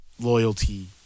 loyalty